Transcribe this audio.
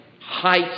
height